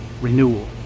renewal